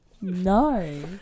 No